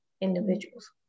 individuals